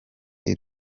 iri